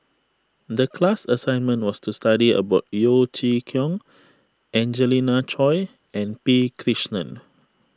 the class assignment was to study about Yeo Chee Kiong Angelina Choy and P Krishnan